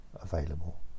available